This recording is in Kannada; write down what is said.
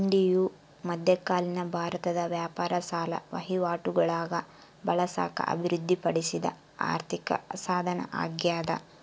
ಹುಂಡಿಯು ಮಧ್ಯಕಾಲೀನ ಭಾರತದ ವ್ಯಾಪಾರ ಸಾಲ ವಹಿವಾಟುಗುಳಾಗ ಬಳಸಾಕ ಅಭಿವೃದ್ಧಿಪಡಿಸಿದ ಆರ್ಥಿಕಸಾಧನ ಅಗ್ಯಾದ